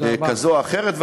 כזאת או אחרת.